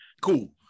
Cool